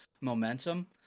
momentum